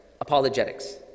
apologetics